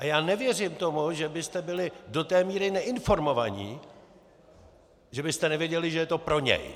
A já nevěřím tomu, že byste byli do té míry neinformovaní, že byste nevěděli, že je to pro něj.